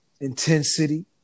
Intensity